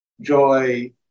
joy